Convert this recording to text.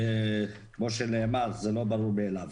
כמו שנאמר, זה לא ברור מאליו.